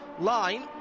line